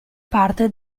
parte